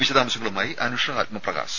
വിശദാംശങ്ങളുമായി അനുഷ ആത്മപ്രകാശ്